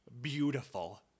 beautiful